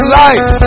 life